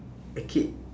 a kid